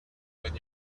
when